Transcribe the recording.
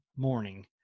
Morning